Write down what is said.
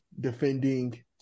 defending